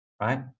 right